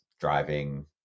driving